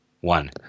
one